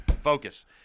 Focus